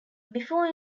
before